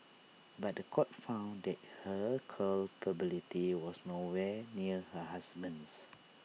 but The Court found that her culpability was nowhere near her husband's